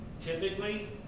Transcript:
Typically